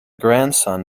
grandson